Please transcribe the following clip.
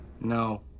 No